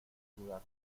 ciudad